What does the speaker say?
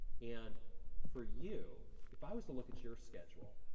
and for you, if i was to look at your schedule,